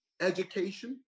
education